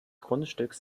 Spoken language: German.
grundstücks